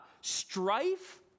strife